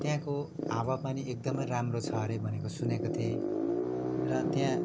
त्यहाँको हावा पानी एकदमै राम्रो छ अरे भनेको सुनेको थिएँ र त्यहाँ